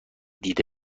دیده